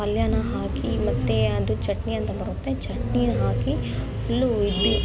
ಪಲ್ಯನ ಹಾಕಿ ಮತ್ತೆ ಅದು ಚಟ್ನಿ ಅಂತ ಬರುತ್ತೆ ಚಟ್ನಿ ಹಾಕಿ ಫುಲ್ಲು ಇದು ಭೀ